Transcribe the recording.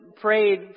prayed